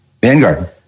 Vanguard